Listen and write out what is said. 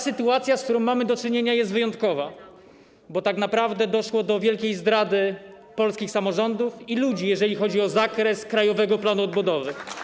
Sytuacja, z którą mamy do czynienia, jest wyjątkowa, bo tak naprawdę doszło do wielkiej zdrady polskich samorządów i ludzi, jeżeli chodzi o zakres Krajowego Planu Odbudowy.